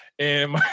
and